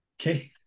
Okay